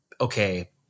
okay